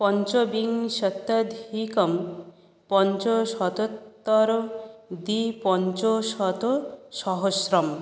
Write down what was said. पञ्चविंशत्यधिकं पञ्चशतोत्तरद्विपञ्चशतसहस्रं